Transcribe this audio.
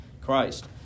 Christ